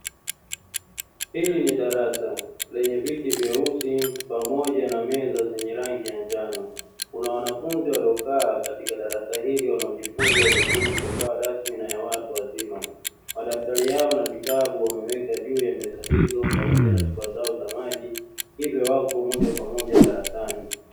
Hili ni darasa lenye viti vyeusi pamoja na meza zenye rangi ya njano. Kuna wanafunzi waliokaa katika darasa hili wanaojifunza elimu hii isiyokuwa rasmi na ya watu wazima. Madaftari yao na vitabu wameweka juu ya meza hizo pamoja na chupa zao za maji. Hivyo wapo moja kwa moja darasani.